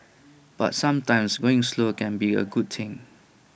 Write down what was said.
but sometimes going slow can be A good thing